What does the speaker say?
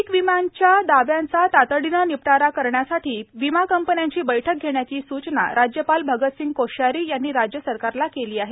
पीक विम्यांच्या दाव्यांचा तातडीनं निपटारा करण्यासाठी विमा कंपन्यांची बैठक घेण्याची सूचना राज्यपाल भगतसिंह कोश्यारी यांनी राज्य सरकारला केली आहे